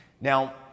Now